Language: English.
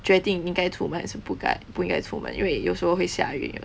决定应该出门还是不该不应该出门因为有时候会下雨的